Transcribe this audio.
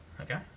okay